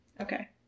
Okay